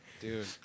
Dude